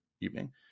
evening